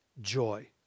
joy